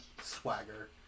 swagger